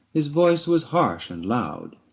his voice was harsh and loud,